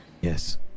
Yes